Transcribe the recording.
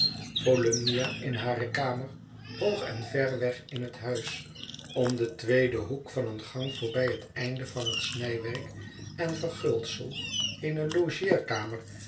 volumnia in hare kamer hoog en ver weg in het huis om den tweeden hoek van een gang voorbij het einde van het snijwerk en verguldsel eene logeerkamer